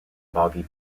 boggy